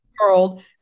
World